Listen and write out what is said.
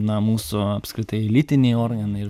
na mūsų apskritai lytiniai organai ir